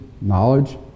knowledge